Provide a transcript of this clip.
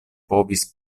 povis